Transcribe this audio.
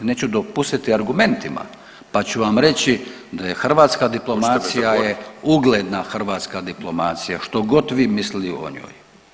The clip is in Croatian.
Neću dopustiti argumentima, pa ću vam reći da je hrvatska diplomacija ugledna hrvatska diplomacija što god vi mislili o njoj.